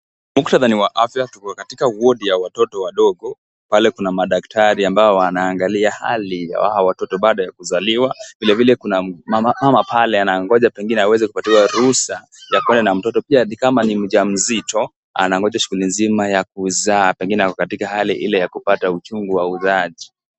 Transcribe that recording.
Mkutadha ni wa afya tuko katika wadi ya watoto wadogo pale kuna madaktari ambao waangalia hali ya hawo watoto baada ya kuzaliwa vilevile kuna mama pale anangoja pengine aweze kupewa ruhusa ya kuenda na mtoto pia ni kama ni mjamzito anangoja shuguli nzima ya kuzaa pengine akokatika ile hali ya kupata uchungu wa uzaaji.